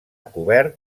cobert